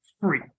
free